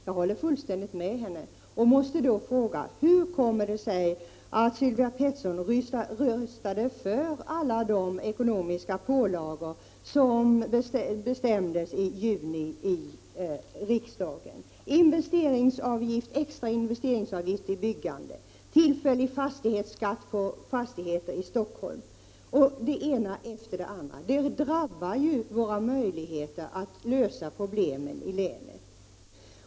Jag håller fullständigt med henne och måste då fråga: Hur kommer det sig att Sylvia Pettersson röstade för alla de ekonomiska pålagor som bestämdes i juni i riksdagen: extra investeringsavgift på byggande, tillfällig fastighetsskatt på fastigheter i Stockholm, det ena efter det andra? Det drabbar ju våra möjligheter att lösa problemen i länet.